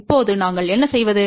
இப்போது நாங்கள் என்ன செய்வது